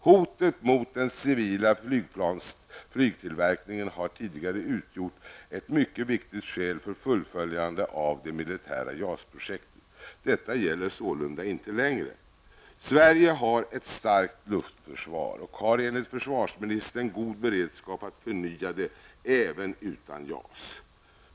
Hotet mot den civila flygplanstillverkningen har tidigare utgjort ett mycket viktigt skäl för fullföljandet av det militära JAS-projektet. Detta gäller sålunda inte längre. Sverige har ett starkt luftförsvar och har enligt försvarsministern god beredskap att förnya det även utan JAS.